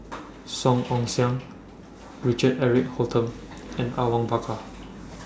Song Ong Siang Richard Eric Holttum and Awang Bakar